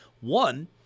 one